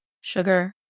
sugar